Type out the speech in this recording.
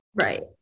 right